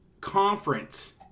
conference